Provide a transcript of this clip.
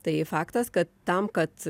tai faktas kad tam kad